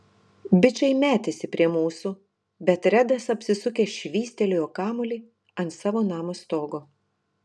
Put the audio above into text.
bičai metėsi prie mūsų bet redas apsisukęs švystelėjo kamuolį ant savo namo stogo